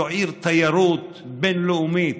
זו עיר תיירות בין-לאומית.